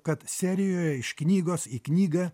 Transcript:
kad serijoje iš knygos į knygą